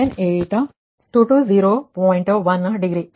1 degree